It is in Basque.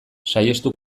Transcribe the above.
saihestu